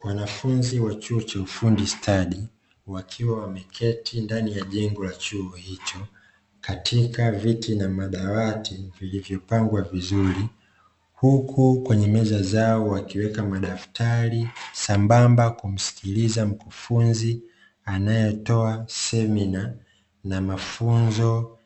Wanafunzi wa chuo cha ufundi stadi, wakiwa wameketi ndani ya jengo la chuo hicho, katika viti na madawati vilivyopangwa vizuri, huku kwenye meza zao wakiweka madaftari sambamba kumsikiliza mkufunzi anayetoa semina na mafunzo